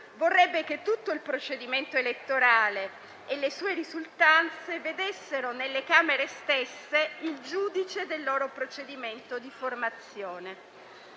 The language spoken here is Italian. vorrebbe che tutto il procedimento elettorale e le sue risultanze vedessero nelle Camere stesse il giudice del loro procedimento di formazione.